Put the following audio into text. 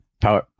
power